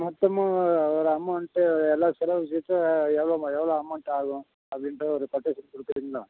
மொத்தமாக ஒ ஒரு அமௌண்ட்டு எல்லாம் செலவும் சேர்த்து எவ்வளோ எவ்வளோ அமௌண்ட் ஆகும் அப்படின்ற ஒரு கொட்டேசன் கொடுக்குறீங்களா